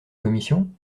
commission